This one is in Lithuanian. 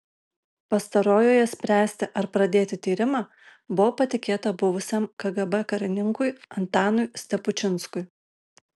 pastarojoje spręsti ar pradėti tyrimą buvo patikėta buvusiam kgb karininkui antanui stepučinskui